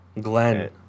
Glenn